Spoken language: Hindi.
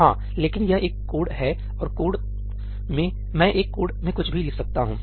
हाँ लेकिन यह एक कोड है और कोड मैं एक कोड में कुछ भी लिख सकता हूं